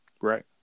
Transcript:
right